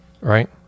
right